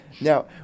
now